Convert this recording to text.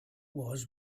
was